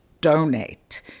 donate